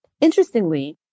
Interestingly